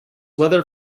weather